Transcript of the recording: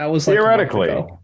theoretically